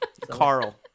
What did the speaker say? Carl